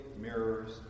mirrors